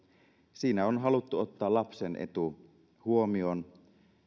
siinä on haluttu ottaa lapsen etu huomioon